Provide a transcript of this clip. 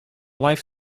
life